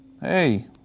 Hey